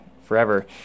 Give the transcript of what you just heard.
forever